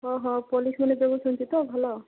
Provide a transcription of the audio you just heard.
ଅ ହଃ ପୋଲିସମାନେ ଜଗୁଛନ୍ତି ତ ଭଲ